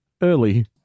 early